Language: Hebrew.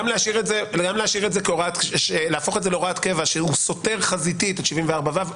גם להפוך להוראת קבע שהוא סותר חזיתית את 74ו?